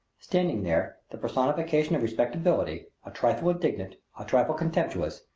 standing there, the personification of respectability, a trifle indignant, a trifle contemptuous,